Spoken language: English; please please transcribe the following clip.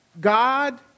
God